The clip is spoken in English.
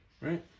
Right